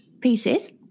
pieces